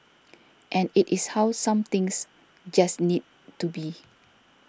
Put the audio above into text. and it is how some things just need to be